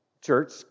church